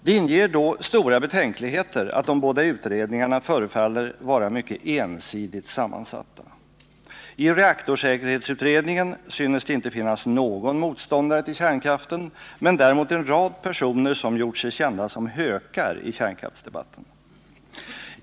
Det inger då stora betänkligheter att de båda utredningarna förefaller vara mycket ensidigt sammansatta. I reaktorsäkerhetsutredningen synes det inte finnas någon motståndare till kärnkraften, men däremot en rad personer som gjort sig kända som hökar i kärnkraftsdebatten.